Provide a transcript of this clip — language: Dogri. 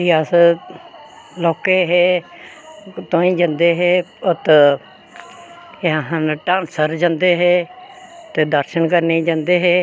भी अस लौह्के हे तुआहीं जंदे हे उत्त केह् आक्खदे हे डनसर जंदे हे ते दर्शन करने गी जंदे हे ऐं